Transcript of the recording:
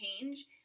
change